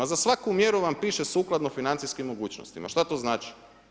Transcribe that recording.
Za svaku mjeru vam piše sukladno financijskim mogućnostima, što to znači?